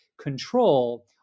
control